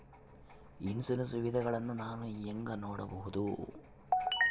Insurance ವಿಧಗಳನ್ನ ನಾನು ಹೆಂಗ ನೋಡಬಹುದು?